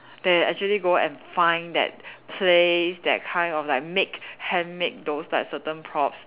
they actually go and find that place that kind of like make handmade those like certain props